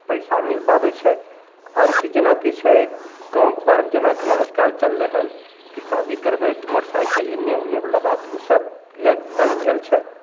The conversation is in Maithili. पैसा मिल पाबय छै आओर की जेनाकि छै गाँव घरमे जेनाकि आजकल चललइ हन कि शादी करबय तऽ मोटर साइकिल एने ओनेवला बात उ सब लेब बन्द भेल छै